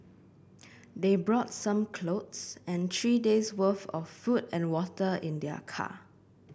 they brought some clothes and three days' worth of food and water in their car